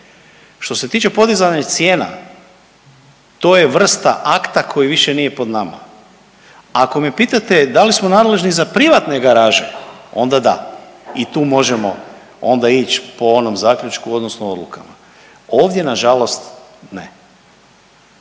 Što se tiče podizanja cijena to je vrsta akta koji više nije pod nama. Ako me pitate da li smo nadležni za privatne garaže onda da i tu možemo onda ić po onom zaključku odnosno odlukama. Ovdje nažalost ne.